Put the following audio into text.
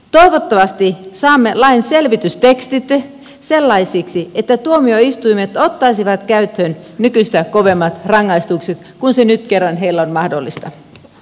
toivottavasti saamme lain selvitystekstit sellaisiksi että tuomioistuimet ottaisivat käyttöön nykyistä kovemmat rangaistukset kun se nyt kerran on mahdollista